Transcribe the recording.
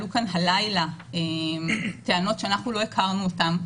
עלו כאן הלילה טענות שאנחנו לא הכרנו אותן,